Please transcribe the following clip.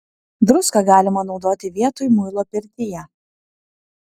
druską galima naudoti vietoj muilo pirtyje